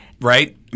Right